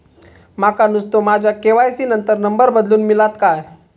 माका नुस्तो माझ्या के.वाय.सी त नंबर बदलून मिलात काय?